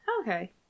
Okay